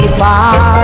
far